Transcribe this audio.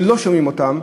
שלא שומעים אותם.